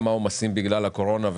גם העומסים בגלל הקורונה,